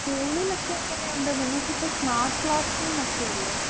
സ്കൂളിലൊക്കെ എങ്ങനെയുണ്ട് നിങ്ങൾക്ക് ഇപ്പം സ്മാർട്ട് ക്ലാസ് സ്കീം ഒക്കെയല്ലേ